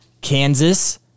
Kansas